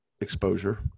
exposure